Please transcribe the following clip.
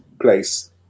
place